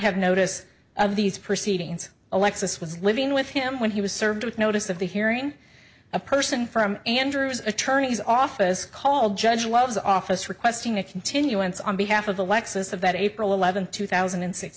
have notice of these proceedings alexis was living with him when he was served with notice of the hearing a person from andrew's attorney's office called judge love's office requesting a continuance on behalf of the lexus of that april eleventh two thousand and six